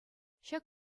ҫак